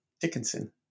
Dickinson